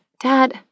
Dad